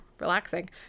relaxing